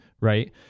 right